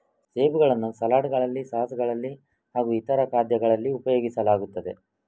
ಸೇಬುಗಳನ್ನು ಸಲಾಡ್ ಗಳಲ್ಲಿ ಸಾಸ್ ಗಳಲ್ಲಿ ಹಾಗೂ ಇತರ ಖಾದ್ಯಗಳಲ್ಲಿ ಉಪಯೋಗಿಸಲಾಗುತ್ತದೆ